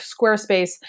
Squarespace